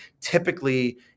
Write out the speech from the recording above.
typically